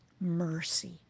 Mercy